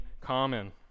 common